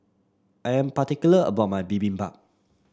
I am particular about my Bibimbap